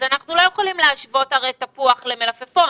אז אנחנו לא יכולים להשוות הרי תפוח למלפפון,